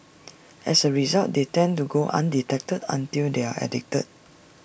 as A result they tend to go undetected until they are addicted